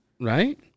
Right